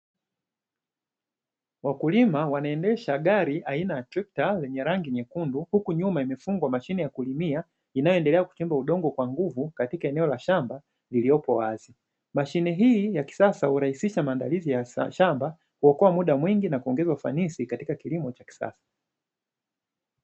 Wakulima wanaendesha gari aina ya trekta lenye rangi nyekundu, huku nyuma imefungwa mashine ya kulimia inayoendelea kuchimba udongo kwa nguvu katika eneo la shamba lililopo wazi. Mashine hii ya kisasa hurahisisha maandalizi ya shamba, kuokoa muda mingi na kuongeza ufanisi katika kilimo cha kisasa.